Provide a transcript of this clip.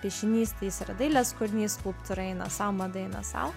piešinys yra dailės kūrinys skulptūra eina sau mada eina sau